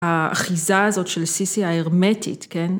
האחיזה הזאת של סיסי, ההרמטית, כן?